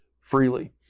freely